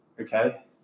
okay